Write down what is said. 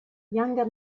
younger